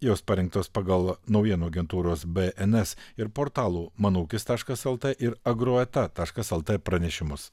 jos parinktos pagal naujienų agentūros bns ir portalų mano ūkis taškas lt ir agroeta taškas lt pranešimus